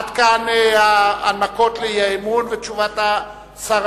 עד כאן הנמקות לאי-אמון ותשובת השר,